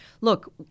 look